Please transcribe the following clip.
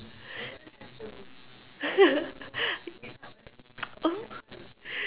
you oh